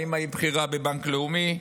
האימא היא בכירה בבנק לאומי,